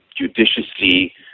judiciously